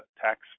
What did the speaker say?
tax